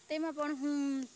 તેમાં પણ હું